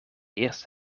eerste